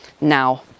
now